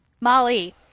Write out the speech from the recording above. Molly